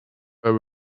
fell